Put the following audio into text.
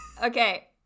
Okay